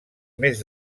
més